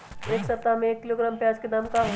एक सप्ताह में एक किलोग्राम प्याज के दाम का होई?